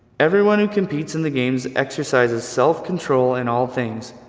everyone who competes in the games exercises self-control in all things.